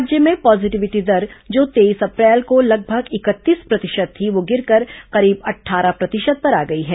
राज्य में पॉजिटिविटी दर जो तेईस अप्रैल को लगभग इकतीस प्रतिशत थी वो गिरकर करीब अट्ठारह प्रतिशत पर आ गई है